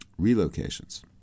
relocations